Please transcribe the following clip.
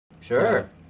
Sure